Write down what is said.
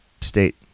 state